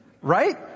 Right